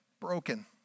broken